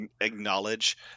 acknowledge